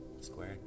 square